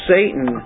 Satan